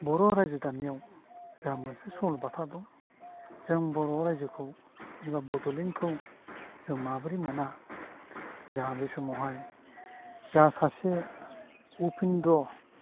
बर' रायजो दानायाव गामियाव मोनसे सल' बाथा दं जों बर' रायजोखौ एबा बड'लेण्डखौ जों माबोरै मोना जोंहा बै समावहाय जा सासे उपेन्द्र'